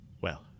Well